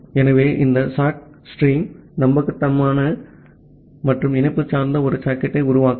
ஆகவே இந்த sock stream நம்பகமான மற்றும் இணைப்பு சார்ந்த ஒரு சாக்கெட்டை உருவாக்கவும்